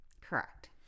Correct